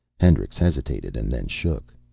hendricks hesitated and then shook.